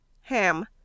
Ham